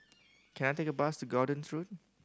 can I take a bus to Gordon's Road